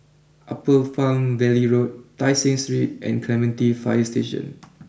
Upper Palm Valley Road Tai Seng Street and Clementi fire Station